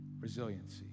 resiliency